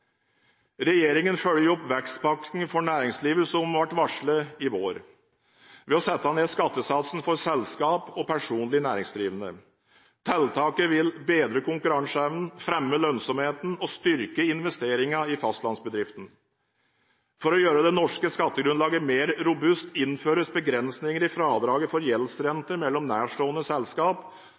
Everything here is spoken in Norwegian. Regjeringen følger opp vekstpakken for næringslivet, som ble varslet i vår, ved å sette ned skattesatsen for selskap og personlig næringsdrivende. Tiltaket vil bedre konkurranseevnen, fremme lønnsomheten og styrke investeringer i fastlandsbedriftene. For å gjøre det norske skattegrunnlaget mer robust innføres det begrensninger i fradraget for gjeldsrenter mellom nærstående